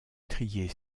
trier